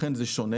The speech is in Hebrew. לכן זה שונה.